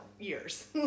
years